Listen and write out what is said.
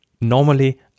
normally